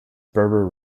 berber